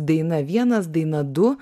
daina vienas daina du